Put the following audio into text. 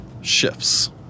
shifts